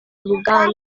ruganda